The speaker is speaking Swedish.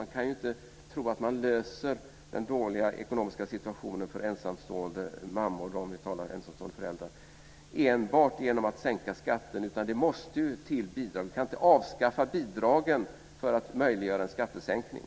Man ska inte tro att man löser den dåliga ekonomiska situationen för ensamstående mammor, ensamstående föräldrar, enbart genom att sänka skatten, utan det måste till bidrag. Vi kan inte avskaffa bidragen för att möjliggöra en skattesänkning.